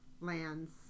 lands